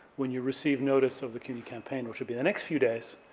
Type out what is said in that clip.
when you receive notice of the cuny campaign, which will be the next few days,